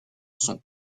sont